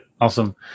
Awesome